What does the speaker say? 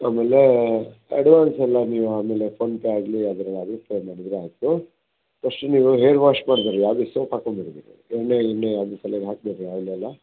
ಆಮೇಲೆ ಅಡ್ವಾನ್ಸ್ ಎಲ್ಲ ನೀವು ಆಮೇಲೆ ಫೋನ್ಪೇ ಆಗಲಿ ಯಾದ್ರಲ್ಲಾಗ್ಲಿ ಪೇ ಮಾಡಿದರಾಯ್ತು ಫಸ್ಟ್ ನೀವು ಹೇರ್ ವಾಶ್ ಮಾಡ್ತೀರಲ್ಲ ಅದು ಸೋಪ್ ಹಾಕೊಬೇಡಿ ಎಣ್ಣೆ ಗಿಣ್ಣೆ ಯಾವುದೂ ತಲೆಗೆ ಹಾಕಬೇಡ್ರಿ ಆಯಿಲ್ ಎಲ್ಲ